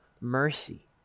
mercy